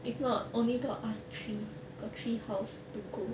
if not only got us three got three house to go